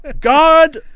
God